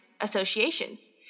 associations